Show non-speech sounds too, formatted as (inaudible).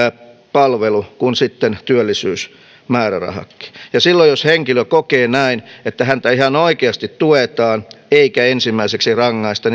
palvelu kuin työllisyysmäärärahat sellainen henkilö joka kokee että häntä ihan oikeasti tuetaan eikä ensimmäiseksi rangaista (unintelligible)